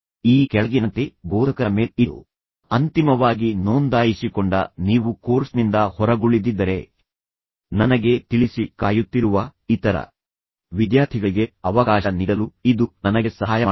ಈ ಕೆಳಗಿನಂತೆ ಬೋಧಕರ ಮೇಲ್ ಇದು ಅಂತಿಮವಾಗಿ ನೋಂದಾಯಿಸಿಕೊಂಡ ನೀವು ಕೋರ್ಸ್ನಿಂದ ಹೊರಗುಳಿದಿದ್ದರೆ ನನಗೆ ತಿಳಿಸಿ ಕಾಯುತ್ತಿರುವ ಇತರ ವಿದ್ಯಾರ್ಥಿಗಳಿಗೆ ಅವಕಾಶ ನೀಡಲು ಇದು ನನಗೆ ಸಹಾಯ ಮಾಡುತ್ತದೆ